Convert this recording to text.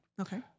Okay